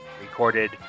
recorded